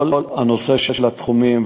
כל הנושא של התחומים,